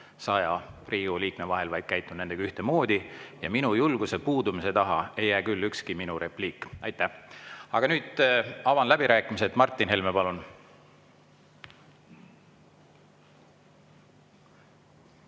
Riigikogu liikme vahel, vaid käitun kõigiga ühtemoodi. Ja minu julguse puudumise taha ei jää ükski minu repliik. Aitäh! Aga nüüd avan läbirääkimised. Martin Helme, palun!